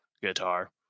guitar